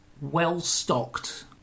well-stocked